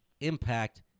impact